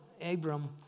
Abram